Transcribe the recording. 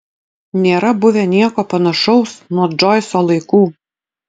nėra buvę nieko panašaus nuo džoiso laikų